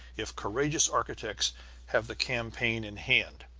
if courageous architects have the campaign in hand.